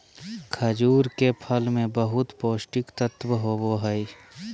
खजूर के फल मे बहुत पोष्टिक तत्व होबो हइ